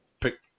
pick